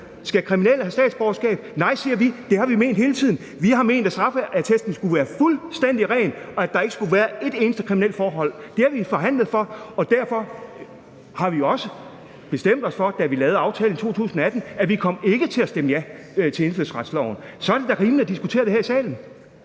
om kriminelle skal have statsborgerskab. Vi siger nej, og det har vi ment hele tiden. Vi har ment, at straffeattesten skulle være fuldstændig ren, og at der ikke skulle være et eneste kriminelt forhold. Det har vi forhandlet om, og derfor bestemte vi os også for, da vi i 2018 lavede aftale, at vi ikke kom til at stemme ja til indfødsretsloven. Så er det da rimeligt at diskutere det her i salen.